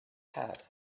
had